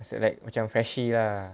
so like macam freshie ah